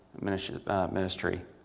ministry